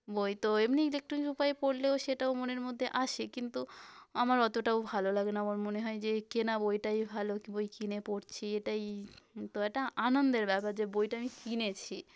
বই তো এমনি ইলেকট্রনিক উপায়ে পড়লেও সেটাও মনের মধ্যে আসে কিন্তু আমার অতটাও ভালো লাগে না আমার মনে হয় যে কেনা বইটাই ভালো বই কিনে পড়ছি এটাই তো এটা আনন্দের ব্যাপার যে বইটা আমি কিনেছি